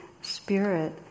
spirit